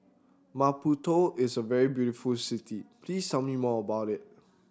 Maputo is a very beautiful city please tell me more about it